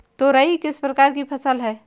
तोरई किस प्रकार की फसल है?